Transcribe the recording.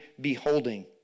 beholding